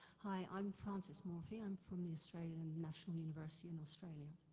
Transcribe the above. hi, i'm frances morphy, i'm from the australian and national university in australia.